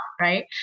right